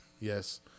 Yes